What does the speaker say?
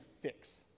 fix